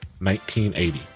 1980